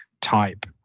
type